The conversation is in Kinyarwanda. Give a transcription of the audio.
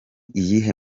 iyihe